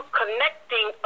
connecting